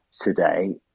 today